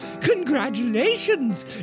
Congratulations